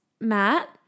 Matt